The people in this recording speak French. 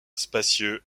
spacieux